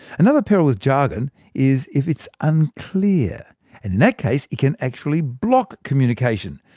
another peril with jargon is if it's unclear and in that case it can actually block communication.